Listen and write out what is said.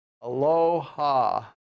Aloha